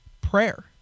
prayer